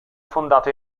fondato